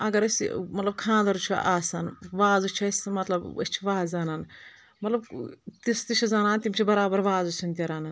اَگر أسۍ مطلب خانٛدر چھُ آسان وازٕ چھِ أسۍ مطلب أسۍ چھِ وازٕ انان مطلب تِژھ تہِ چھ زنانہٕ تِم چھِ برابر وازٕ سِیُن تہِ رنان